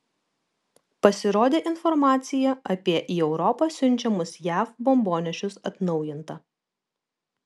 pasirodė informacija apie į europą siunčiamus jav bombonešius atnaujinta